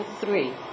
three